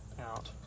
out